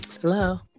hello